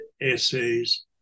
essays